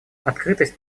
открытость